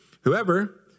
whoever